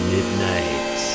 Midnight